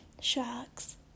sharks